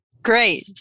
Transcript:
Great